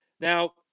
Now